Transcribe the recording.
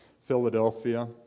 Philadelphia